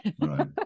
Right